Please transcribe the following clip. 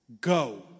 go